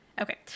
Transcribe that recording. Okay